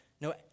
No